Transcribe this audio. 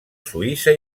suïssa